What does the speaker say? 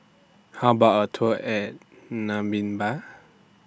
How about A Tour At Namibia